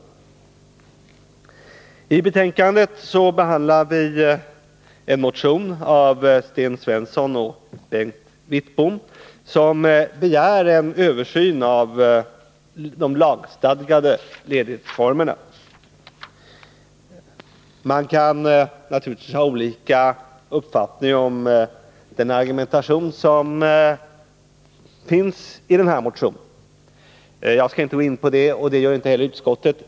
I utskottsbetänkandet behandlas en motion av Sten Svensson och Bengt Wittbom, som begär en översyn av de lagstadgade ledighetsformerna. Man kan naturligtvis ha olika uppfattning om argumentationen i denna motion. Jag skall inte gå in på det, och det gör inte heller utskottet.